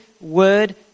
word